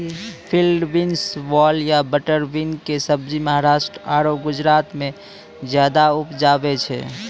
field beans, वाल या butter bean कॅ सब्जी महाराष्ट्र आरो गुजरात मॅ ज्यादा उपजावे छै